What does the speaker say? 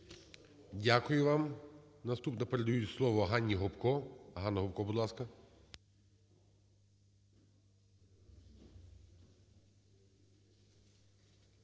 Дякую вам. Наступне передаю слово Ганні Гопко. Ганна Гопко, будь ласка.